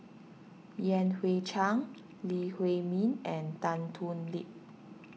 Yan Hui Chang Lee Huei Min and Tan Thoon Lip